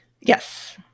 Yes